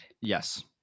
Yes